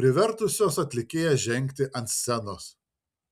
privertusios atlikėją žengti ant scenos